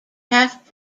half